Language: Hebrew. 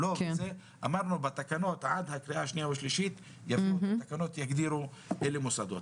אמרנו שבתקנות עד קריאה שנייה ושלישית יוגדר אלו מוסדות.